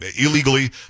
illegally